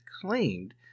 claimed